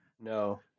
No